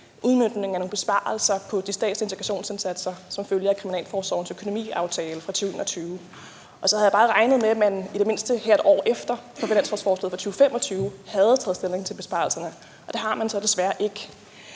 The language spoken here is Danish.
udmøntningen af nogle besparelser på de statslige integrationsindsatser som følge af kriminalforsorgens økonomiaftale fra 2021. Så havde jeg bare regnet med, at man i det mindste her et år efter på finanslovsforslaget for 2025 havde taget stilling til besparelserne. Det har man så desværre ikke.